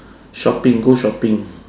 shopping go shopping